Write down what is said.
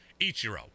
Ichiro